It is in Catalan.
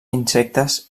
insectes